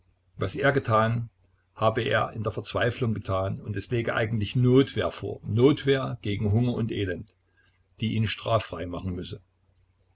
was er getan habe er in der verzweiflung getan und es läge eigentlich notwehr vor notwehr gegen hunger und elend die ihn straffrei machen müsse